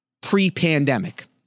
pre-pandemic